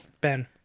Ben